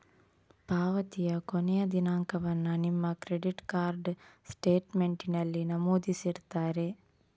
ಪಾವತಿಯ ಕೊನೆಯ ದಿನಾಂಕವನ್ನ ನಿಮ್ಮ ಕ್ರೆಡಿಟ್ ಕಾರ್ಡ್ ಸ್ಟೇಟ್ಮೆಂಟಿನಲ್ಲಿ ನಮೂದಿಸಿರ್ತಾರೆ